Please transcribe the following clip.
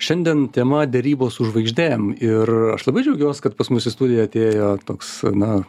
šiandien tema derybos su žvaigždėm ir aš labai džiaugiuos kad pas mus į studiją atėjo toks na